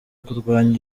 kurwanya